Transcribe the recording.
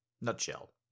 Nutshell